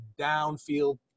downfield